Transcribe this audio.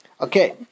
Okay